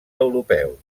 europeu